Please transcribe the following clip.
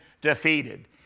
defeated